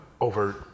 over